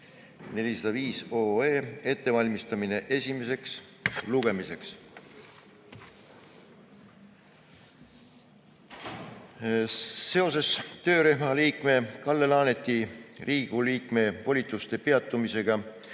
405 ettevalmistamine esimeseks lugemiseks. Seoses töörühma liikme Kalle Laaneti Riigikogu liikme volituste peatumisega